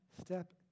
step